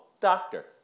doctor